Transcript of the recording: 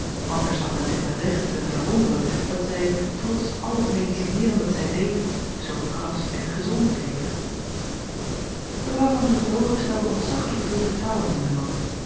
anders had men zich met recht kunnen verwonderen dat zij trots al het medicineeren dat zij deed zoo kras en gezond bleef evrouw an oertoghe stelde ontzaglijk veel vertrouwen in e at